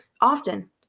often